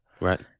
right